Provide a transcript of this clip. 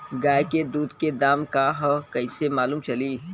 गाय के दूध के दाम का ह कइसे मालूम चली?